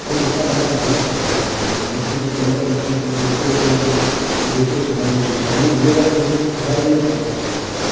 और लिखना पढ़ना बहुत अच्छा लगता है मुझे और मैंने खुद एक कविता लिखी अपने दोस्तों को सेंड करी कि देखिए स्वामी विवेकानंद जी ने हमारे लिए क्या कुछ किया